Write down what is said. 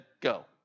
go